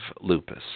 lupus